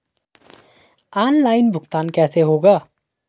Online भुगतान कैसे होगा?